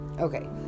okay